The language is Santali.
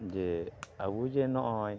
ᱡᱮ ᱟᱵᱚ ᱡᱮ ᱱᱚᱜᱼᱚᱭ